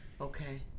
Okay